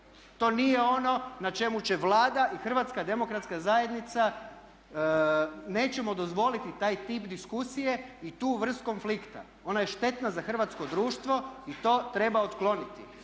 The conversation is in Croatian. to nije ono na čemu će Vlada i Hrvatska demokratska zajednica, nećemo dozvoliti taj tip diskusije i tu vrstu konflikta ona je štetna za hrvatsko društvo i to treba otkloniti.